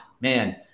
man